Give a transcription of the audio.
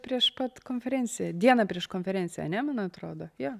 prieš pat konferenciją dieną prieš konferenciją ane man atrodo jo